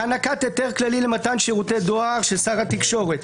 הענקת היתר כללי למתן שירותי דואר של שר התקשורת,